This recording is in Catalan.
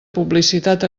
publicitat